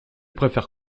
préfère